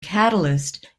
catalyst